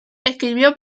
escribió